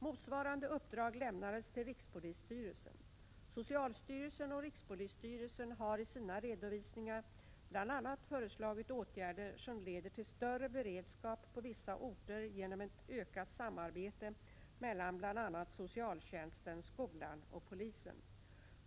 Motsvarande uppdrag lämnades till rikspolisstyrelsen. Socialstyrelsen och rikspolisstyrelsen har i sina redovisningar bl.a. föreslagit åtgärder som leder till större beredskap på vissa orter genom ett utökat samarbete mellan bl.a. socialtjänsten, skolan och polisen.